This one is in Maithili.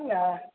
किआ